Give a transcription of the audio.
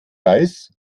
reis